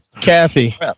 Kathy